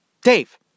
Dave